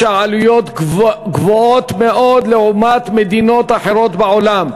הוא שהעלויות גבוהות מאוד לעומת מדינות אחרות בעולם.